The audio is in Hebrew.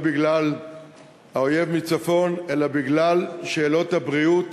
לא בגלל האויב מצפון אלא בגלל שאלות הבריאות